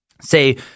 say